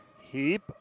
Heap